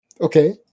okay